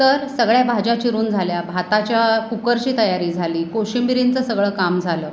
तर सगळ्या भाज्या चिरून झाल्या भाताच्या कुकरची तयारी झाली कोशिंबिरींचं सगळं काम झालं